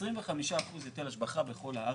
25% היטל השבחה בכל הארץ,